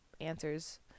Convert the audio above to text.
answers